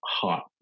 hot